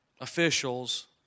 officials